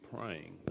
praying